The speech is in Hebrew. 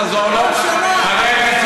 אל תעזור לו, כל שנה.